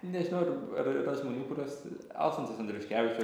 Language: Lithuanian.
nežinau ar ar yra žmonių kuriuos alfonsas andriuškevičius